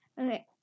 Okay